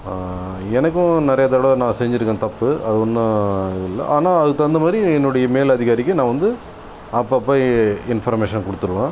எனக்கும் நிறையா தடவை நான் செஞ்சுருக்கேன் தப்பு அது ஒன்னும் இதுல்ல ஆனால் அதுக்கு தகுந்தமாதிரி என்னோடைய மேல் அதிகாரிக்கு நான் வந்து அப்போப்ப இன்ஃபர்மேஷன் கொடுத்துருவேன்